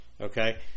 okay